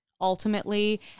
Ultimately